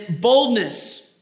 boldness